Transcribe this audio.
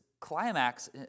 climax